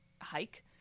hike